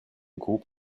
groupe